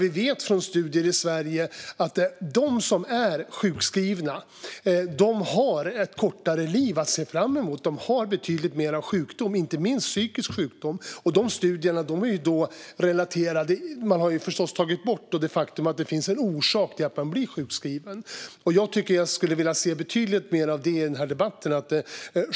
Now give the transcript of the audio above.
Vi vet från studier i Sverige att de som är sjukskrivna har ett kortare liv att se fram emot. De har betydligt mer sjukdom, inte minst psykisk sjukdom. I studierna har man naturligtvis tagit bort det faktum att det finns en orsak till att man blir sjukskriven. Jag skulle vilja se betydligt mer av det i debatten.